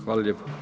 Hvala lijepo.